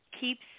keeps